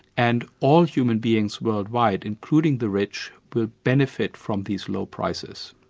and all human beings worldwide including the rich, will benefit from these low prices.